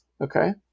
Okay